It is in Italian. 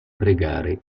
pregare